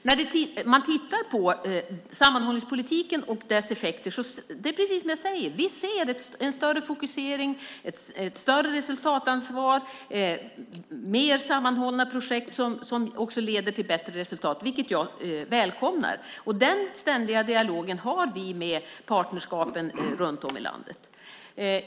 När man tittar på sammanhållningspolitiken och dess effekter ser vi en större fokusering, ett större resultatansvar och mer sammanhållna projekt som leder till bättre resultat, vilket jag välkomnar. Den ständiga dialogen har vi med partnerskapen i landet.